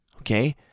okay